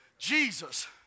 Jesus